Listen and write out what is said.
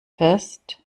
fest